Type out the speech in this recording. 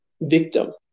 victim